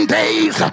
days